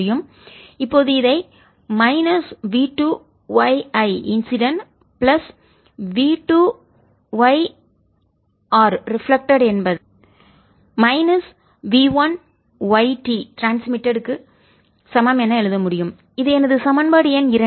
இப்போது இதை minus v 2 y I incident plus v 2 y R reflected என்பதை minus v 1 y T transmitted சமம் என எழுத முடியும் இது எனது சமன்பாடு எண் இரண்டு